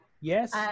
Yes